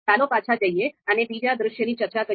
ચાલો પાછા જઈએ અને બીજા દૃશ્યની ચર્ચા કરીએ